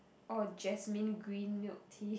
or jasmine green milk tea